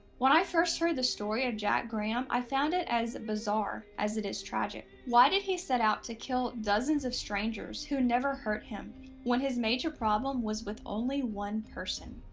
when i first heard the story of jack graham, i found it as bizarre as it is tragic. why did he set out to kill dozens of strangers who had never hurt him when his major problem was with only one person?